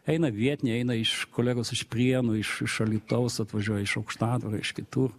eina vietiniai eina iš kolegos iš prienų iš iš alytaus atvažiuoja iš aukštadvario iš kitų